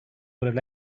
would